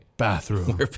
bathroom